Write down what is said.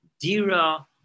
Dira